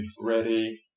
ready